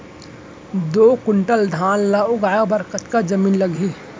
दो क्विंटल धान ला उगाए बर कतका जमीन लागही?